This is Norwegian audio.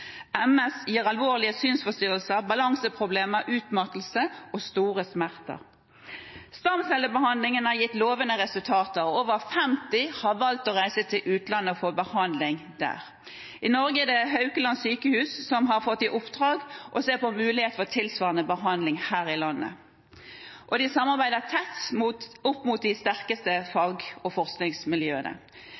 MS gir alvorlige synsforstyrrelser, balanseproblemer, utmattelse og store smerter. Stamcellebehandling har gitt lovende resultater. Over 50 pasienter har valgt å reise til utlandet for behandling. I Norge har Haukeland sykehus fått i oppdrag å se på muligheten for tilsvarende behandling her i landet. De samarbeider tett med de sterkeste fag- og forskningsmiljøene.